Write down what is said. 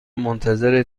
منتظر